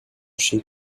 she